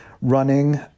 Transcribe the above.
running